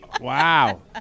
Wow